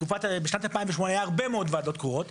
בשנת 2008 היה הרבה מאוד ועדות קרואות.